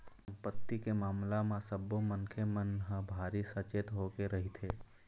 संपत्ति के मामला म सब्बो मनखे मन ह भारी सचेत होके रहिथे